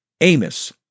Amos